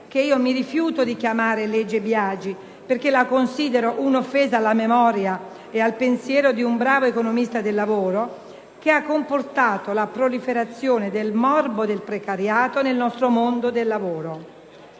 che io mi rifiuto di chiamare legge Biagi perché la considero un'offesa alla memoria e al pensiero di un bravo economista del lavoro, che ha comportato la proliferazione del morbo del precariato nel nostro mondo del lavoro: